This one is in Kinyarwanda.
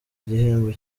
igihembo